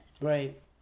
Right